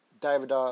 David